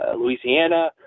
louisiana